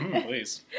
Please